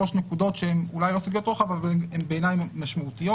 שלוש נקודות שהן אולי לא סוגיות רוחב אבל הן משמעותיות בעיני: